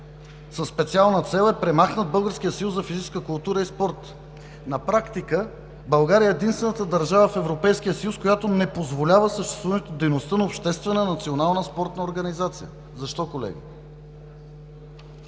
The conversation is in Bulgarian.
със специална цел е премахнат Българският съюз за физическа култура и спорт. На практика България е единствената държава в Европейския съюз, която не позволява съществуването на дейността на обществена национална спортна организация. Защо, колеги?